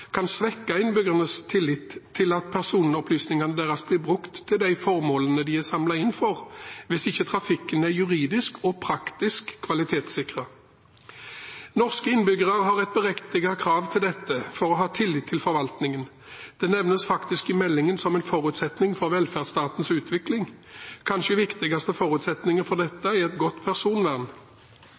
kan svekke innbyggernes tillit til at personopplysningene deres blir brukt til de formålene de er samlet inn for, hvis ikke trafikken er juridisk og praktisk kvalitetssikret. Norske innbyggere har et berettiget krav til dette for å ha tillit til forvaltningen. Dette nevnes faktisk i meldingen som en forutsetning for velferdsstatens utvikling. Kanskje den viktigste forutsetningen for dette er et godt personvern.